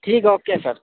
ٹھیک ہے اوکے سر